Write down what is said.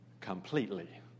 Completely